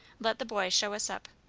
let the boy show us up.